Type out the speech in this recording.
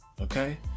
Okay